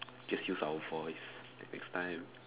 just use our voice next time